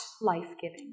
life-giving